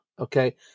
Okay